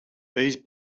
these